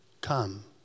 Come